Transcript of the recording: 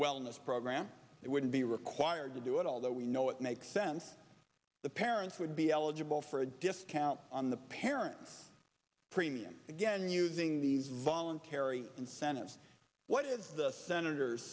wellness program it wouldn't be required to do it although we know it makes sense the parents would be eligible for a discount on the parent's premium again using these voluntary incentives what is the senator